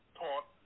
taught